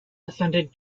defended